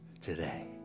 today